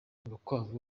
urukwavu